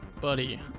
buddy